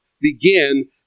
begin